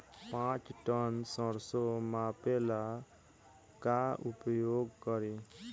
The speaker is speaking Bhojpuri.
पाँच टन सरसो मापे ला का उपयोग करी?